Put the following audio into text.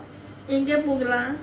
எங்கே போகலாம்:engae pogalaam